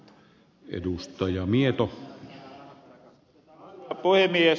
arvoisa puhemies